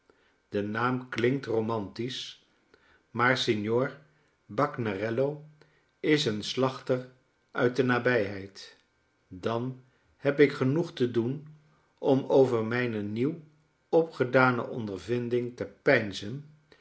de naam klinkt romantisch maar signor bagnerello is een slachter uit de nabijheid dan heb ik genoeg te doen om over mijne nieuw opgedane ondervinding te